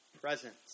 presence